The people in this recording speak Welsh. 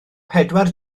pedwar